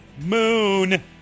Moon